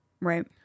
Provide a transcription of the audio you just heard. Right